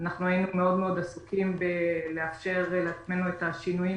היינו מאוד מאוד עסוקים בלאפשר לעצמנו את השינויים